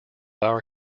our